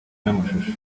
n’amashusho